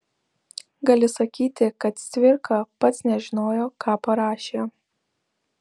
gali sakyti kad cvirka pats nežinojo ką parašė